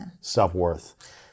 self-worth